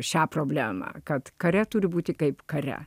šią problemą kad kare turi būti kaip kare